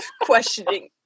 Questioning